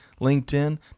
LinkedIn